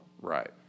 Right